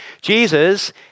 Jesus